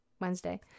Wednesday